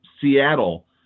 Seattle